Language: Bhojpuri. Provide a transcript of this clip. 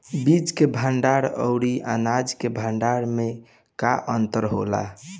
बीज के भंडार औरी अनाज के भंडारन में का अंतर होला?